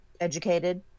educated